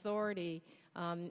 authority